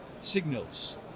signals